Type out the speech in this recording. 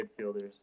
midfielders